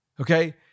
Okay